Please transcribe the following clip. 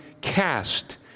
cast